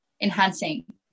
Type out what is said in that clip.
enhancing